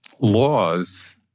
laws